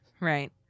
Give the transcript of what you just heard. Right